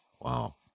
Wow